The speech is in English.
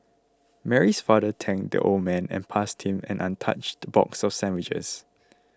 Mary's father thanked the old man and passed him an untouched box of sandwiches